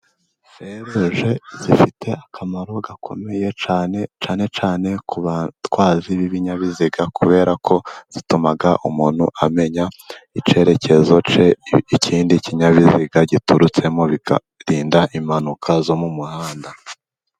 Fe ruje zifite akamaro gakomeye cyane , cyane cyane ku batwazi b'ibinyabiziga, kubera ko zituma umuntu amenya icyeyerekezo cye, ikindi kinyabiziga giturutsemo bikarinda impanuka zo mu muhanda.